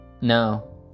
No